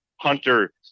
Hunter